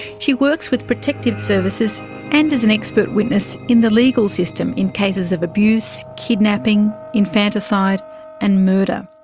she works with protective services and as an expert witness in the legal system in cases of abuse, kidnapping, infanticide and murder.